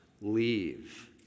Leave